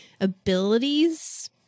abilities